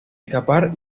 escapar